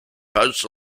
posts